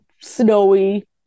snowy